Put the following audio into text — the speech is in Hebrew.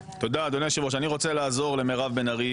אדוני היושב-ראש, אני רוצה לעזור למירב בן ארי